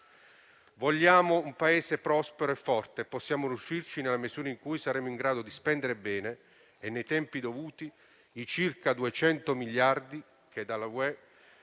Vogliamo un Paese prospero e forte e possiamo riuscirci nella misura in cui saremo in grado di spendere bene e nei tempi dovuti i circa 200 miliardi di euro